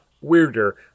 weirder